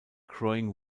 growing